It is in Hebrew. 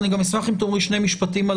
אני גם אשמח אם תאמרי שני משפטים על